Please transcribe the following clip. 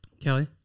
Kelly